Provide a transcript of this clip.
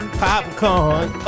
popcorn